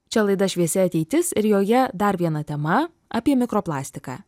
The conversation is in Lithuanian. čia laida šviesi ateitis ir joje dar viena tema apie mikroplastiką